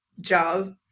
job